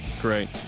great